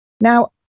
Now